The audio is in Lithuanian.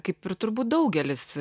kaip ir turbūt daugelis